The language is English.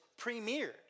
premiered